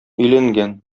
өйләнгән